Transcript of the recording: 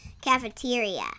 cafeteria